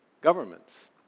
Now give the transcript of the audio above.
governments